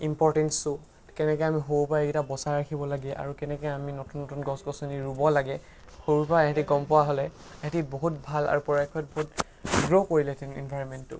ইম্পৰ্টেঞ্চটো কেনেকৈ আমি সৰু পৰাই এইকেইটা বচাই ৰাখিব লাগে আৰু কেনেকৈ আমি নতুন নতুন গছ গছনি ৰুব লাগে সৰুৰ পৰা ইহঁতি গম পোৱা হ'লে ইহঁতি বহুত ভাল আৰু পৰাপক্ষত বহুত গ্ৰ' কৰিলেহেঁতেন এনভাইৰণমেণ্টটো